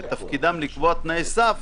שתפקידם לקבוע תנאי סף,